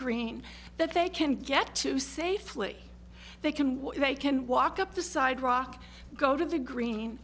green that they can get to safely they can they can walk up the side rock go to the green